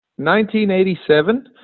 1987